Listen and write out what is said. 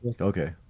Okay